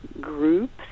groups